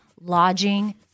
lodging